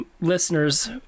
listeners